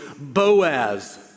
Boaz